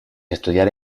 estudiar